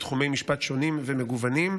בהסדרים שונים,